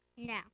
No